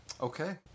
okay